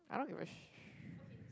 I don't give a sh~